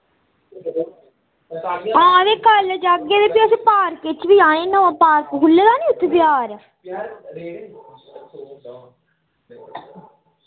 हां ते कल जागे ते फ्ही अस पार्के च वी आए ना ओ पार्क खुल्ले दा नी उत्थै बजार